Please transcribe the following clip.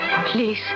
Please